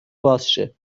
بازشه